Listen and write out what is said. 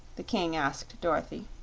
the king asked dorothy.